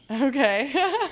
Okay